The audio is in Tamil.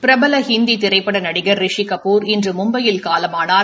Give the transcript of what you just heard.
பிரபல ஹிந்தி திரைப்பட நடிகர் ரிஷிகபூர் இன்று மும்பையில் காலமானார்